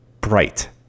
bright